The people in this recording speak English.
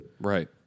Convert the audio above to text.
right